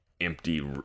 empty